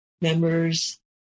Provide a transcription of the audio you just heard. members